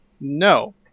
no